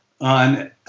on